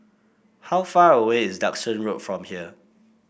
how far away is Duxton Road from here